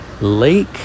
lake